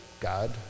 God